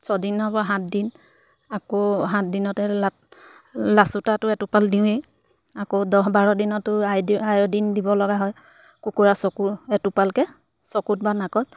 ছদিনৰ পৰা সাতদিন আকৌ সাত দিনতে লা লাচুতাটো এটোপাল দিওঁৱেই আকৌ দহ বাৰ দিনতো আইডি আয়ডিন দিব লগা হয় কুকুৰা চকুৰ এটোপালকৈ চকুত বা নাকত